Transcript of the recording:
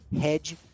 hedge